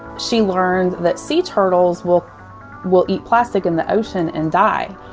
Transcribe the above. she learned that sea turtles will will eat plastic in the ocean and die.